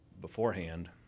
beforehand